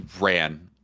ran